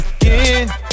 again